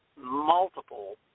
multiple